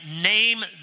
name